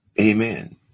Amen